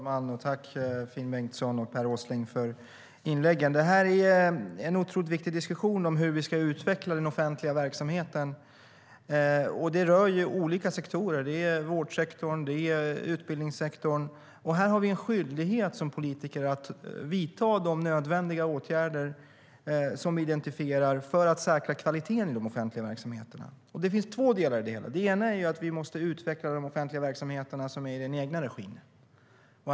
Fru talman! Tack, Finn Bengtsson och Per Åsling, för inläggen! Diskussionen om hur vi ska utveckla den offentliga verksamheten är otroligt viktig. Det rör ju olika sektorer, bland annat vårdsektorn och utbildningssektorn. Här har vi som politiker en skyldighet att vidta de nödvändiga åtgärder som vi identifierar för att säkra kvaliteten i de offentliga verksamheterna. Det finns två delar i detta. Det ena är att vi måste utveckla de verksamheter som drivs i offentlig regi.